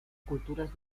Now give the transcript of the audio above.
culturas